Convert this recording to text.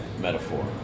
metaphor